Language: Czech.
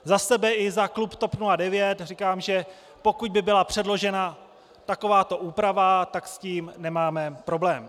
Za sebe i za klub TOP 09 říkám, že pokud by byla předložena takováto úprava, tak s tím nemáme problém.